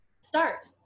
start